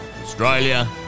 Australia